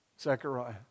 Zechariah